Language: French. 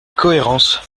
cohérence